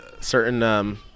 certain